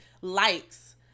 likes